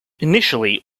initially